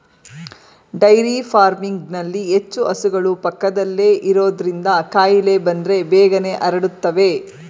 dairy ಫಾರ್ಮಿಂಗ್ನಲ್ಲಿ ಹೆಚ್ಚು ಹಸುಗಳು ಪಕ್ಕದಲ್ಲೇ ಇರೋದ್ರಿಂದ ಕಾಯಿಲೆ ಬಂದ್ರೆ ಬೇಗನೆ ಹರಡುತ್ತವೆ